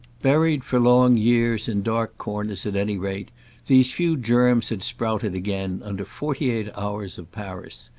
buried for long years in dark corners at any rate these few germs had sprouted again under forty-eight hours of paris.